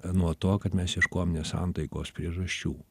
nuo to kad mes ieškojom nesantaikos priežasčių